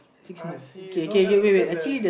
I see so that's what that's the